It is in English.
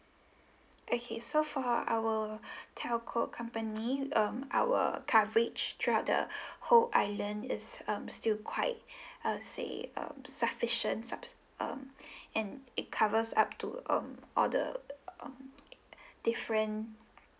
okay so for our telco company um our coverage throughout the whole island is um still quite I'll say um sufficient subs um and it covers up to um all the um different